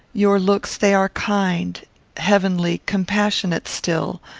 your looks they are kind heavenly compassionate still.